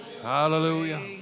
Hallelujah